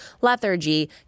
lethargy